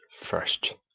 first